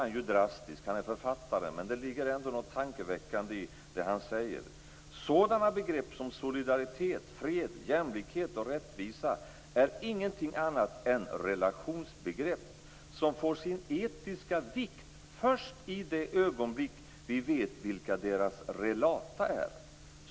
Han är drastisk - han är ju författare - men det ligger ändå något tankeväckande i det han säger: "Sådana begrepp som solidaritet, fred, jämlikhet och rättvisa är ingenting annat än relationsbegrepp, som får sin etiska vikt först i det ögonblick vi vet vilka deras relata är.